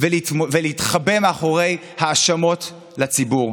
ולהתחבא מאחורי האשמות לציבור.